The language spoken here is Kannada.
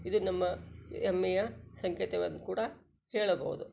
ಇದು ನಮ್ಮ ಹೆಮ್ಮೆಯ ಸಂಕೇತವಂತ ಕೂಡ ಹೇಳಬೌದು